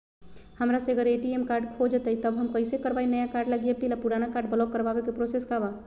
हमरा से अगर ए.टी.एम कार्ड खो जतई तब हम कईसे करवाई नया कार्ड लागी अपील और पुराना कार्ड ब्लॉक करावे के प्रोसेस का बा?